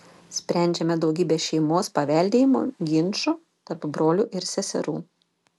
sprendžiame daugybę šeimos paveldėjimo ginčų tarp brolių ir seserų